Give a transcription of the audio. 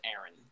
Aaron